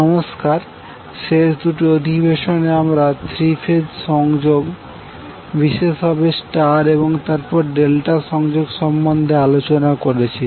নমস্কার শেষ দুটি অধিবেশনে আমরা থ্রি ফেজ সংযোগ বিশেষভাবে স্টার এবং তারপর ডেল্টা সংযোগ সম্বন্ধে আলোচনা করেছি